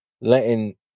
letting